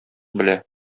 белә